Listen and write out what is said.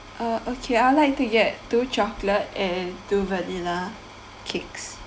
uh okay I'd like to get two chocolate and two vanilla cakes